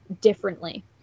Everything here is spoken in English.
differently